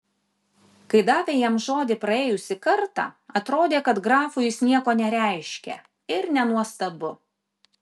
kai davė jam žodį praėjusį kartą atrodė kad grafui jis nieko nereiškia ir nenuostabu